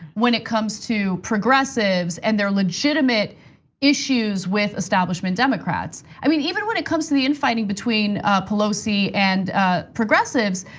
when it comes to progressives and their legitimate issues with establishment democrats. i mean, even when it comes to the infighting between pelosi and progressives,